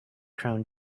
crown